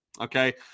Okay